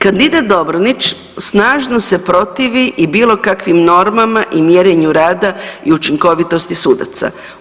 Kandidat Dobronić snažno se protivi i bilo kakvim normama i mjerenju rada i učinkovitosti sudaca.